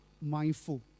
mindful